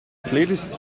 playlists